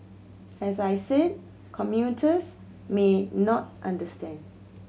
as I said commuters may not understand